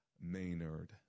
Maynard